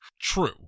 True